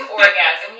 orgasm